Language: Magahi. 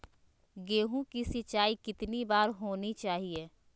गेहु की सिंचाई कितनी बार होनी चाहिए?